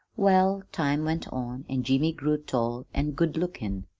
well, time went on, an' jimmy grew tall an' good lookin'.